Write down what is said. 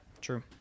true